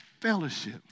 fellowship